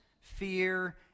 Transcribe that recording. fear